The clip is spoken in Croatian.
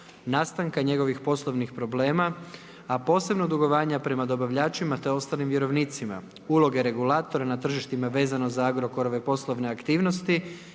nastanka njegovih poslovnih problema, a posebno dugovanja prema dobavljačima te ostalim vjerovnicima, uloge regulatora na tržištima vezano za Agrokorove poslovne aktivnosti